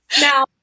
Now